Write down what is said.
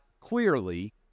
clearly